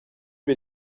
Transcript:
bir